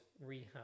rehab